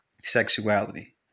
Sexuality